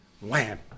Wham